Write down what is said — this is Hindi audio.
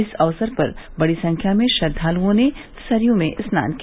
इस अवसर पर बड़ी संख्या में श्रद्वालुओ ने सरयू में स्नान किया